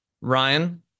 Ryan